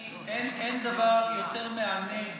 אין דבר יותר מענג